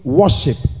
worship